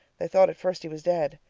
they thought at first he was dead.